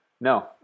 no